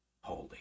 holy